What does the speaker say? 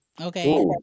Okay